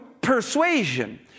persuasion